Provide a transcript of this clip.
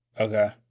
okay